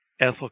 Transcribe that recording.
Ethel